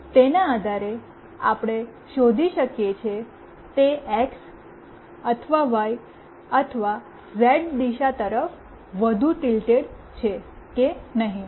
તેના આધારે આપણે શોધી શકીએ કે તે એક્સ અથવા વાય અથવા ઝેડ દિશા તરફ વધુ ટિલ્ટેડ છે કે નહીં